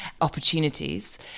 opportunities